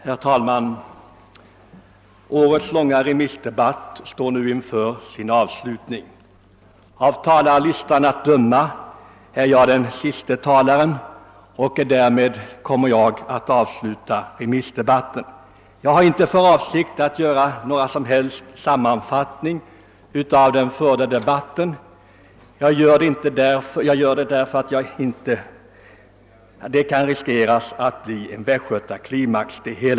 Herr talman! Årets långa remissdebatt står nu inför sin avslutning. Av talarlistan att döma är jag den siste talaren och kommer därmed att avsluta debatten. Jag har inte för avsikt att göra någon som helst sammanfattning av den förda debatten, eftersom det kan finnas risk för att det hela blir en västgötaklimax.